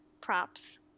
props